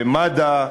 ומד"א,